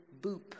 boop